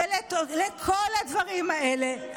לכל הדברים האלה?